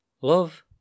Love